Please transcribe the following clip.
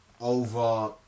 over